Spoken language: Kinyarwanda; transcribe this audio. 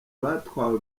batwawe